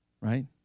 right